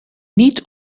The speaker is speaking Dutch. niet